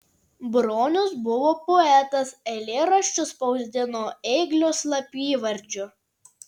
bronius buvo poetas eilėraščius spausdino ėglio slapyvardžiu